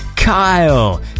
Kyle